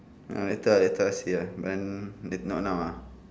ya later later see lah but then may not now lah